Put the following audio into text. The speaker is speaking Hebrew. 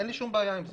אין לי שום בעיה עם זה.